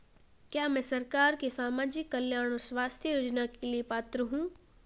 क्या मैं सरकार के सामाजिक कल्याण और स्वास्थ्य योजना के लिए पात्र हूं?